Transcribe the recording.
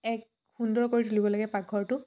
এক সুন্দৰ কৰি তুলিব লাগে পাকঘৰটো